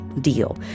deal